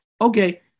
okay